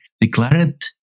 declared